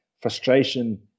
frustration